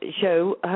show